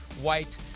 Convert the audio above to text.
white